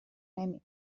نمی